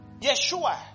Yeshua